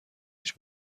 هیچ